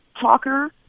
talker